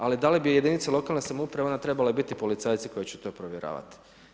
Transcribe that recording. Ali da li bi jedinice lokalne samouprave onda trebale biti policajci koji će to provjeravati.